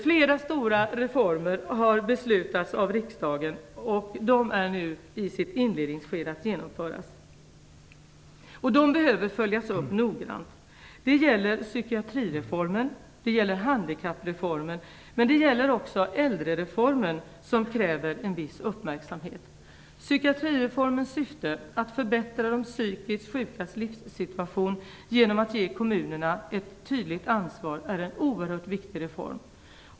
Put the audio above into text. Flera stora reformer har beslutats av riksdagen och de är nu i inledningsskedet av ett genomförande. De behöver följas upp noggrant. Det gäller psykiatrireformen. Det gäller handikappreformen. Men det gäller också äldrereformen, som kräver en viss uppmärksamhet. Psykiatrireformens syfte, att förbättra de psykiskt sjukas livssituation genom att ge kommunerna ett tydligt ansvar, är en oerhört viktig reform.